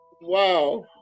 Wow